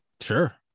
Sure